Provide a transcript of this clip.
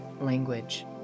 language